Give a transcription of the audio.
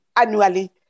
annually